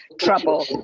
trouble